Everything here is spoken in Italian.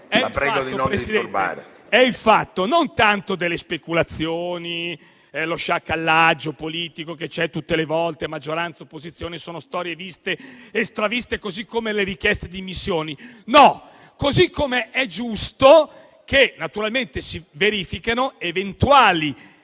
la prego di non disturbare.